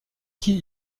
qui